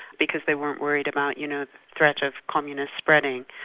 because they weren't worried about you know threat of communism spreading.